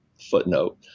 footnote